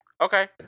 Okay